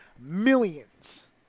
millions